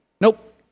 Nope